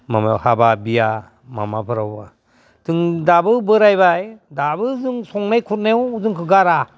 माबा हाबा बिया माबाफोरावबो जों दाबो बोरायबाय दाबो जों संनाय खुरनायाव जोंखो गारा